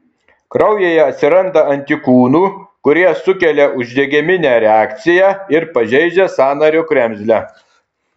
kraujyje atsiranda antikūnų kurie sukelia uždegiminę reakciją ir pažeidžia sąnario kremzlę